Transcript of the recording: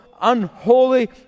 unholy